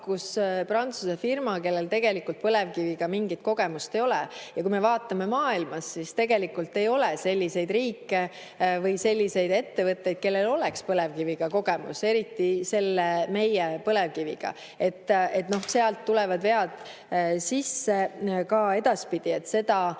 pakkus Prantsuse firma, kellel põlevkiviga mingit kogemust ei ole. Ja kui me vaatame, siis maailmas tegelikult ei ole selliseid riike või selliseid ettevõtteid, kellel oleks põlevkiviga kogemus, eriti meie põlevkiviga. Sealt tulevad vead ka edaspidi sisse.